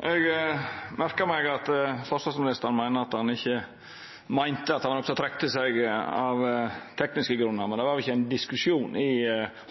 Eg merka meg at forsvarsministeren meiner at det ikkje var nokon som trekte seg av tekniske grunnar, men det var vel ikkje ein diskusjon i